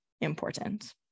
important